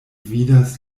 vidas